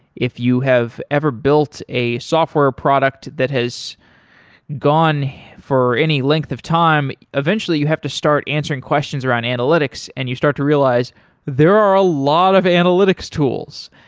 if you have ever built a software product that has gone for any length of time, eventually you have to start answering questions around analytics and you start to realize there are a lot of analytics tools.